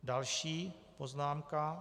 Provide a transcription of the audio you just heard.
Další poznámka.